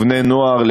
את בני-הנוער,